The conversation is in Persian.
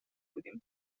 بودیم